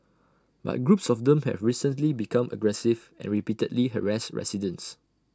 but groups of them have recently become aggressive and repeatedly harassed residents